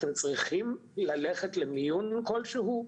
אתם צריכים ללכת למיון כלשהו,